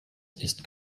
ist